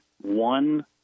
one